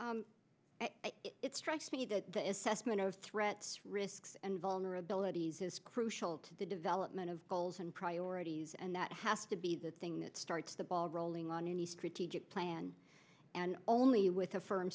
place it strikes me that the assessment of threats risks and vulnerabilities is crucial to the development of goals and priorities and that has to be the thing that starts the ball rolling on any strategic plan and only with a f